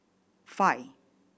five